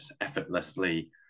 effortlessly